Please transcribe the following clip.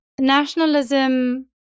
nationalism